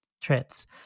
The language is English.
trips